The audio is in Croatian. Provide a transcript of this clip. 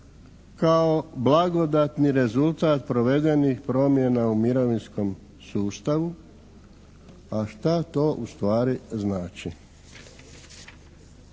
kao blagodatni rezultat provedenih promjena u mirovinskom sustavu, a šta to u stvari znači?